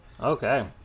Okay